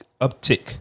uptick